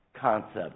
concept